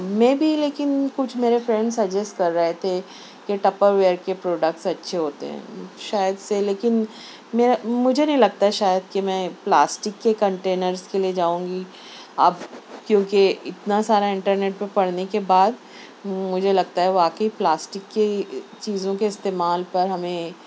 می be لیکن کچھ میرے فرینڈ سجیس کر رہے تھے کہ ٹپر ویئر کے پروڈکٹس اچھے ہوتے ہیں شاید سے لیکن میرا مجھے نہیں لگتا شاید کہ میں پلاسٹک کے کنٹینرس کے لئے جاؤں گی اب کیونکہ اتنا سارا انٹرنیٹ پہ پڑھنے کے بعد مجھے لگتا ہے واقعی پلاسٹک کی چیزوں کے استعمال پر ہمیں